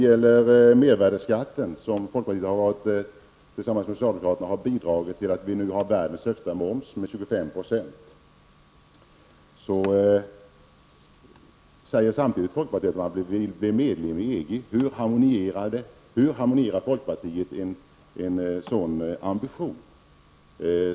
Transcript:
Folkpartiet har tillsammans med socialdemokraterna bidragit till att vi har världens högsta moms, 25 %. Men samtidigt säger folkpartiet att man vill att Sverige skall bli medlem i EG. Hur harmoniserar folkpartiet en sådan ambition?